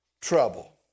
trouble